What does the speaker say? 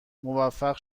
موفق